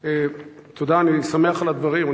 תודה, אני שמח על הדברים.